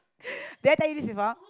did I tell you this before